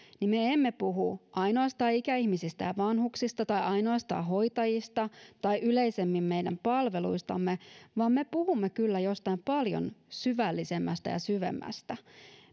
me emme puhu ainoastaan ikäihmisistä ja vanhuksista tai ainoastaan hoitajista tai yleisemmin meidän palveluistamme vaan me puhumme kyllä jostain paljon syvällisemmästä ja syvemmästä